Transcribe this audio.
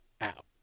out